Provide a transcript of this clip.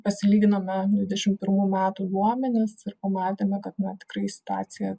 pasilyginome dvidešim pirmų metų duomenis ir pamatėme kad na tikrai situacija